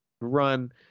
run